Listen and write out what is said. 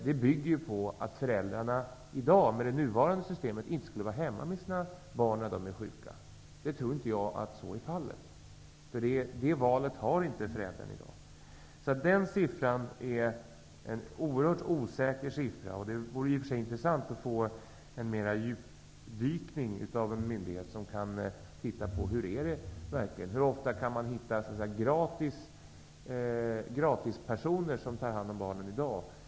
Det skulle bygga på att föräldrar, med det nuvarande systemet, inte skulle vara hemma med sina barn när de är sjuka. Jag tror inte att så är fallet, därför att föräldrar ofta inte kan göra det valet i dag. Siffran är alltså en oerhört osäker sådan. Det skulle vara intressant om en myndighet kunde göra en djupdykning på det här området för att exempelvis utröna hur ofta man kan finna personer som gratis tar hand om barn i dag.